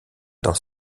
dans